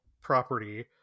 property